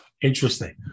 Interesting